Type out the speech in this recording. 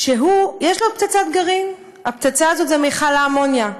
שיש לו פצצת גרעין, והפצצה הזאת היא מכל האמוניה,